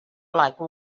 like